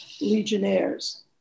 legionnaires